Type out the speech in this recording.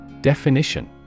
Definition